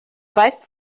weißt